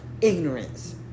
ignorance